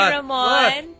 Ramon